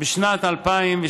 בשנת 2012,